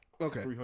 Okay